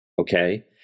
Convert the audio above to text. okay